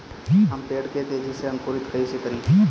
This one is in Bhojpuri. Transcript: हम पेड़ के तेजी से अंकुरित कईसे करि?